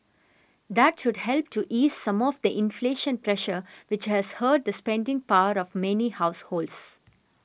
that should help to ease some of the inflation pressure which has hurt the spending power of many households